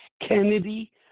Kennedy